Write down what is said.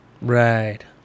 Right